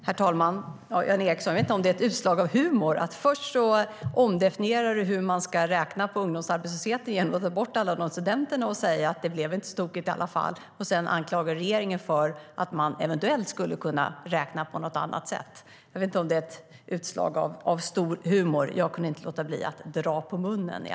Herr talman! Jag vet inte om detta är ett utslag av humor från Jan Ericson. Först omdefinierar du hur man ska räkna på ungdomsarbetslösheten genom att ta bort alla studenter och säga att det inte blev så tokigt i alla fall. Sedan anklagar du regeringen för att man eventuellt skulle kunna räkna på något annat sätt. Jag vet inte om det är ett utslag av stor humor. Jag kunde i alla fall inte låta bli att dra på munnen.